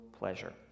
pleasure